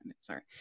sorry